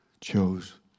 chose